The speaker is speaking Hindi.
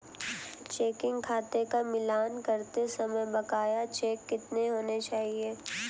चेकिंग खाते का मिलान करते समय बकाया चेक कितने होने चाहिए?